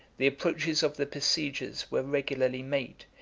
the approaches of the besiegers were regularly made,